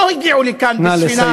לא הגיעו לכאן בספינה או במטוס,